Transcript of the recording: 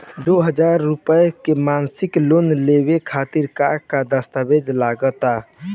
दो हज़ार रुपया के मासिक लोन लेवे खातिर का का दस्तावेजऽ लग त?